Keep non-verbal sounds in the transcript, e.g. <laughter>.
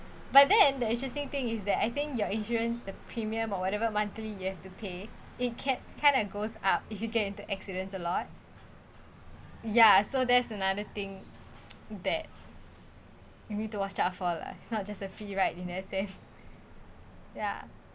but then and the interesting thing is that I think your insurance the premium or whatever monthly you have to pay it kept kind of goes up if you get into accidents a lot ya so there's another thing <noise> that you need to watch out for lah it's not just a fee right in that sense ya